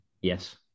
Yes